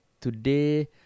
today